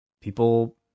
people